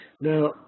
Now